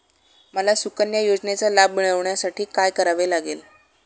मला सुकन्या योजनेचा लाभ मिळवण्यासाठी काय करावे लागेल?